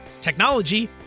technology